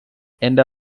ended